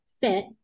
fit